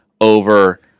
over